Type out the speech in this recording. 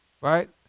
Right